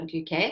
.uk